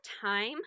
time